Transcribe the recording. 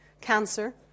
Cancer